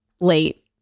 late